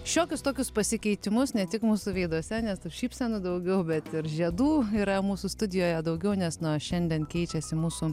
šiokius tokius pasikeitimus ne tik mūsų veiduose nes tų šypsenų daugiau bet ir žiedų yra mūsų studijoje daugiau nes nuo šiandien keičiasi mūsų